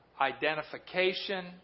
Identification